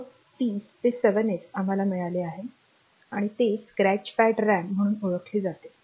मग 30 ते 7 F आम्हाला मिळाले आणि ते स्क्रॅच पॅड रॅम म्हणून ओळखले जाते